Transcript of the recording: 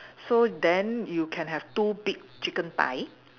so then you can have two big chicken thigh